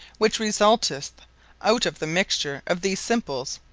which resulteth out of the mixture of these simples,